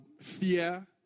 fear